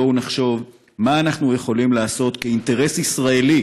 בואו נחשוב מה אנחנו יכולים לעשות כאינטרס ישראלי